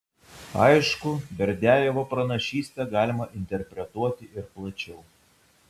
aišku berdiajevo pranašystę galima interpretuoti ir plačiau